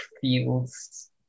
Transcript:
feels